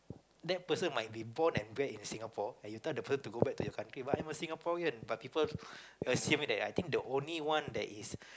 that person might be born and bred in Singapore and you tell the person to go back to their country but I'm a Singaporean but people assume it that I think the only one is